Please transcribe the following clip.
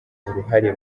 uruhare